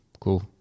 cool